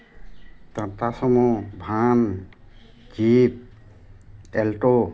টাট চুমু জীপ ভান এল্ট'